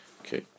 Okay